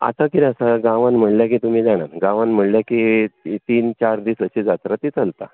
आतां कितें आसा गांवांत म्हळ्ळें की तुमी जाणात गांवांत म्हळ्ळें की तीन चार दीस अशी जात्रा ती चलता